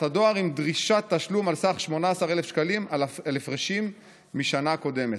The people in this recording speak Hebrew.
הדואר עם דרישת תשלום על סך 18,000 שקלים על הפרשים משנה קודמת,